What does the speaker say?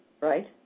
right